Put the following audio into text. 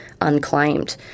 unclaimed